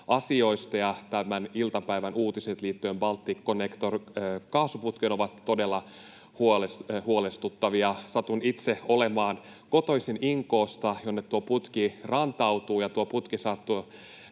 ja tämän iltapäivän uutiset liittyen Balticconnector-kaasuputkeen ovat todella huolestuttavia. Satun itse olemaan kotoisin Inkoosta, jonne tuo putki rantautuu, ja tuo putki kulkee